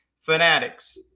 Fanatics